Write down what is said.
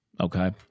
Okay